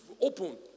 open